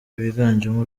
biganjemo